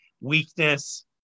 weakness